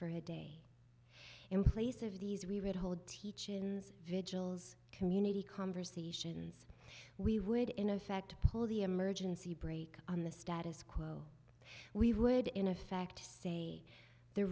her day in place of these we would hold teaching vigils community conversations we would in effect pull the emergency brake on the status quo we would in effect say the